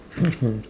mmhmm